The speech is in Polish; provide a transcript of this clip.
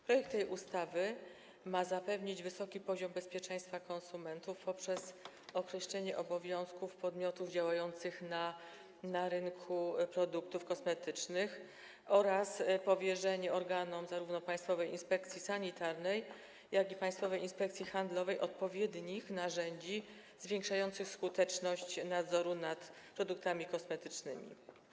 Projekt tej ustawy ma zapewnić wysoki poziom bezpieczeństwa konsumentów poprzez określenie obowiązków podmiotów działających na rynku produktów kosmetycznych oraz powierzenie organom zarówno Państwowej Inspekcji Sanitarnej, jak i Inspekcji Handlowej odpowiednich narzędzi zwiększających skuteczność nadzoru nad produktami kosmetycznymi.